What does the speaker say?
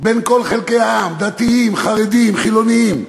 בין כל חלקי העם, דתיים, חרדים, חילונים.